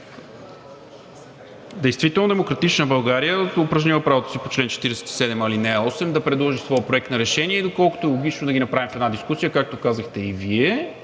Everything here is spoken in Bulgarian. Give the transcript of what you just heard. действително „Демократична България“ е упражнила правото си по чл. 47, ал. 8 да предложи своя проект на решение, доколкото е логично да ги направим в една дискусия, както казахте и Вие.